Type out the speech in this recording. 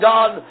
God